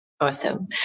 Awesome